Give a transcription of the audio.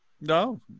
No